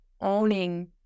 Owning